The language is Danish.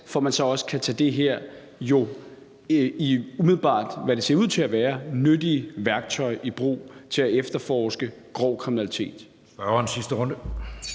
for at man så også kan tage det her nyttige værktøj, hvad det jo umiddelbart ser ud til at være, i brug til at efterforske grov kriminalitet.